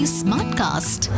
smartcast